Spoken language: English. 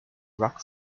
rock